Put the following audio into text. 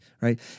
right